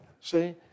See